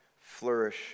flourish